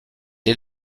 est